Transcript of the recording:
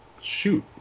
Shoot